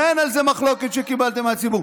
ואין מחלוקת שקיבלתם מהציבור.